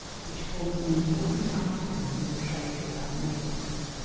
which forms an important item in the trade of that neighbourhood.